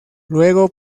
luego